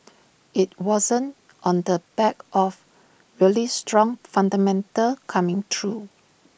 IT wasn't on the back of really strong fundamentals coming through